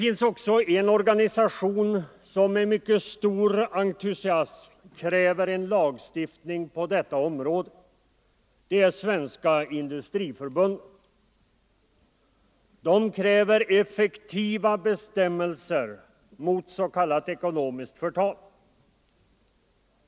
Men det finns en organisation som med stor entusiasm kräver en lagstiftning på detta område. Det är Industriförbundet, som kräver effektiva bestämmelser mot s.k. ekonomiskt förtal.